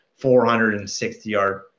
460-yard